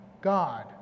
God